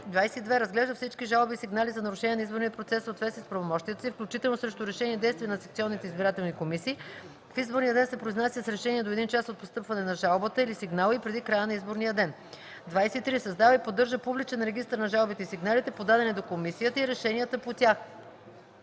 22. разглежда всички жалби и сигнали за нарушения на изборния процес в съответствие с правомощията си, включително срещу решения и действия на секционните избирателни комисии; в изборния ден се произнася с решение до един час от постъпване на жалбата или сигнала и преди края на изборния ден; 23. създава и поддържа публичен регистър на жалбите и сигналите, подадени до комисията, и решенията по тях.